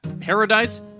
Paradise